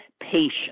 patient